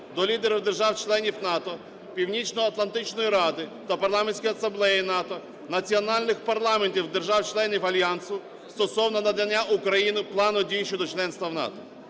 до лідерів держав-членів НАТО, Північноатлантичної ради та Парламентської Асамблеї НАТО, національних парламентів держав-членів Альянсу "Стосовно надання Україною Плану дій щодо членства в НАТО".